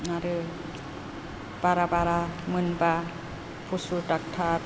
आरो बारा बारा मोनबा फसु दक्ट'र